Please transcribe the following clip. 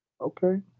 Okay